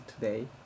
today